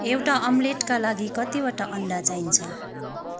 एउटा अमलेटका लागि कतिवटा अन्डा चाहिन्छ